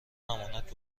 امانات